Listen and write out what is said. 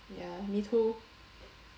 ya me too